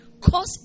Cause